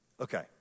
Okay